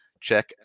check